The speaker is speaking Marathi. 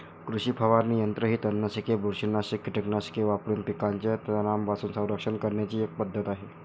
कृषी फवारणी यंत्र ही तणनाशके, बुरशीनाशक कीटकनाशके वापरून पिकांचे तणांपासून संरक्षण करण्याची एक पद्धत आहे